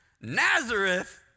Nazareth